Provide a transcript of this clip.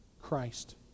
Christ